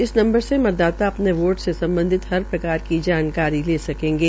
हर number से मतदाता अपने वोट से सम्बधित हर प्रकार की जानकारी ले सकेंगे